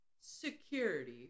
security